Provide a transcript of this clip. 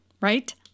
right